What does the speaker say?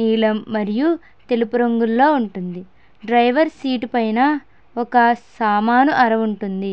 నీలం మరియు తెలుపు రంగుల్లో ఉంటుంది డ్రైవర్ సీటు పైన ఒక సామాను అర ఉంటుంది